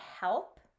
help